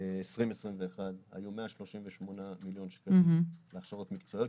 היו 138 מיליון שקלים, להכשרות מקצועיות.